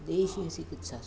देशीयचिकित्सासु